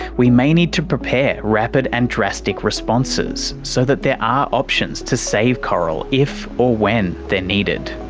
we may need to prepare rapid and drastic responses so that there are options to save coral if or when they're needed.